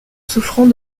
souffrant